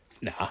Nah